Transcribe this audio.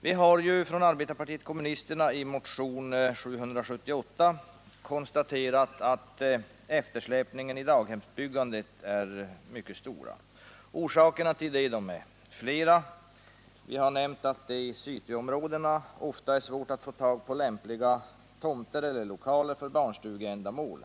Vi har ju från arbetarpartiet kommunisterna i motionen 778 konstaterat att eftersläpningen i daghemsbyggandet är mycket stor. Orsakerna till detta är flera. Jag har nämnt att det i cityområdena ofta är svårt att få tag på lämpliga tomter eller lokaler för barnstugeändamål.